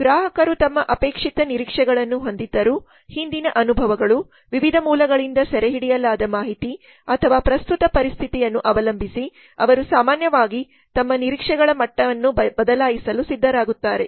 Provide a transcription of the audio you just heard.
ಗ್ರಾಹಕರು ತಮ್ಮ ಅಪೇಕ್ಷಿತ ನಿರೀಕ್ಷೆಗಳನ್ನು ಹೊಂದಿದ್ದರೂ ಹಿಂದಿನ ಅನುಭವಗಳು ವಿವಿಧ ಮೂಲಗಳಿಂದ ಸೆರೆಹಿಡಿಯಲಾದ ಮಾಹಿತಿ ಅಥವಾ ಪ್ರಸ್ತುತ ಪರಿಸ್ಥಿತಿಯನ್ನು ಅವಲಂಬಿಸಿ ಅವರು ಸಾಮಾನ್ಯವಾಗಿ ತಮ್ಮ ನಿರೀಕ್ಷೆಗಳ ಮಟ್ಟವನ್ನು ಬದಲಾಯಿಸಲು ಸಿದ್ಧರಾಗುತ್ತಾರೆ